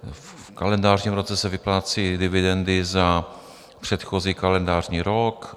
V kalendářním roce se vyplácí dividendy za předchozí kalendářní rok.